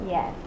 Yes